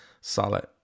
solid